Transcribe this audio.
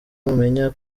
mumenya